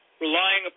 relying